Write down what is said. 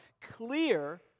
Clear